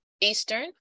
Eastern